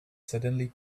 suddenly